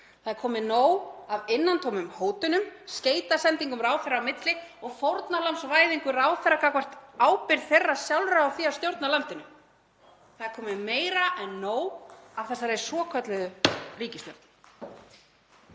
Það er komið nóg af innantómum hótunum, skeytasendingum ráðherra á milli og fórnarlambsvæðingu ráðherra gagnvart ábyrgð þeirra sjálfra á því að stjórna landinu. Það er komið meira en nóg af þessari svokölluðu ríkisstjórn.